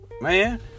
Man